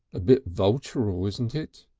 ah bit vulturial, isn't it?